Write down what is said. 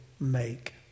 make